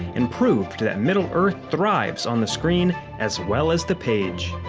and proved that middle-earth thrives on the screen as well as the page.